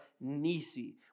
Nisi